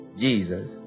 Jesus